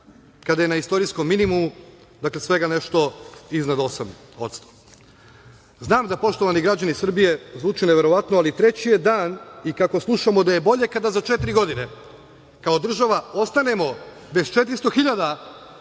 kada je na istorijskom minimumu, dakle svega nešto iznad 8%.Znam da poštovani građani Srbije zvuči neverovatno, ali treći je dan i kad slušamo da je bolje kada za četiri godine kao država ostanemo bez 400.000